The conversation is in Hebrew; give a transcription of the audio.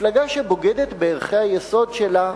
מפלגה שבוגדת בערכי היסוד שלה,